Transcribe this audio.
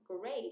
great